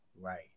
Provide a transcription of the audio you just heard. right